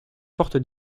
portent